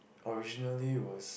originally was